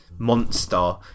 monster